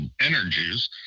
energies